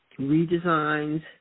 Redesigns